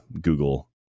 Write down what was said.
google